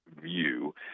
view